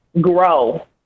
grow